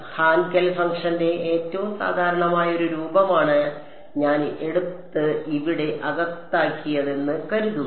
Hankel ഫംഗ്ഷന്റെ ഏറ്റവും സാധാരണമായ ഈ രൂപമാണ് ഞാൻ എടുത്ത് ഇവിടെ അകത്താക്കിയതെന്ന് കരുതുക